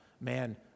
man